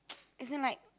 as in like